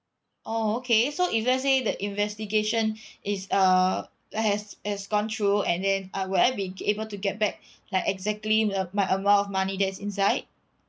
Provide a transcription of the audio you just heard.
oh okay so if let's say the investigation is err has has gone through and then uh would I be able to get back like exactly uh my amount of money that's inside